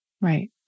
Right